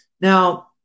Now